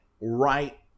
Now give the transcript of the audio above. right